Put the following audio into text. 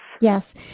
Yes